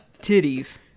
Titties